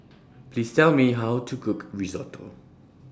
Please Tell Me How to Cook Risotto